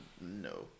no